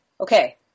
Okay